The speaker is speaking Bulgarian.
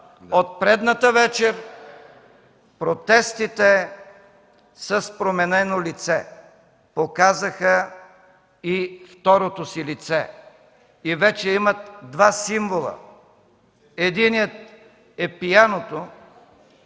От предната вечер протестите с променено лице показаха и второто си лице. Вече имат два символа. Единият е пианото.